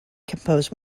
compose